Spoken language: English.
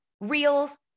reels